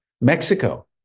Mexico